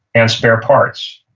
and spare parts,